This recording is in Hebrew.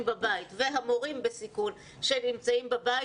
בבית והמורים בסיכון שנמצאים בבית,